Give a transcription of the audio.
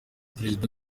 perezida